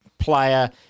player